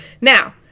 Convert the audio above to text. Now